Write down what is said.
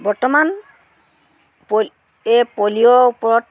বৰ্তমান পলি এই পলিঅ'ৰ ওপৰত